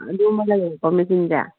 ꯑꯗꯨ ꯑꯃ ꯂꯩꯔꯦꯀꯣ ꯆꯦꯆꯤꯟꯁꯦ